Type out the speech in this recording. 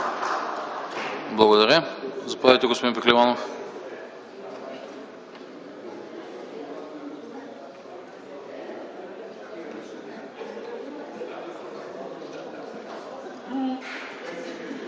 Благодаря. Заповядайте, господин Пехливанов.